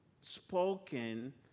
spoken